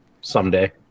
someday